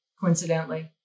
coincidentally